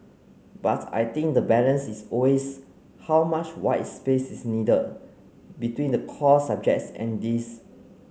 but I think the balance is always how much white space is needed between the core subjects and this